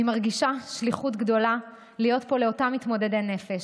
אני מרגישה שליחות גדולה להיות פה לאותם מתמודדי נפש,